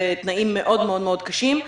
בתנאים מאוד מאוד מאוד קשים.